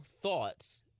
thoughts